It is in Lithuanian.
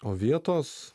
o vietos